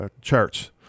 charts